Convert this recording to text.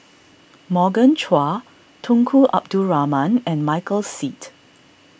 Morgan Chua Tunku Abdul Rahman and Michael Seet